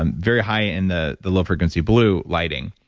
and very high in the the low frequency blue lighting.